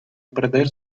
perder